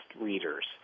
readers